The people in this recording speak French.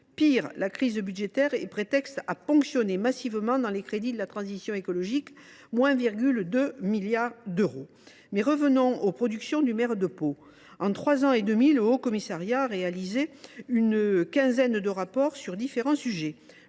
Pis, la crise budgétaire est prétexte à ponctionner massivement dans les crédits de la transition écologique, lesquels sont réduits de 2,2 milliards d’euros. Revenons aux productions du maire de Pau. En trois ans et demi, le Haut Commissariat a produit une quinzaine de rapports sur différents sujets.